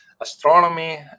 astronomy